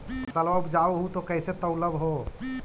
फसलबा उपजाऊ हू तो कैसे तौउलब हो?